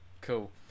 Cool